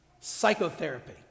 psychotherapy